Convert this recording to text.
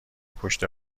پشت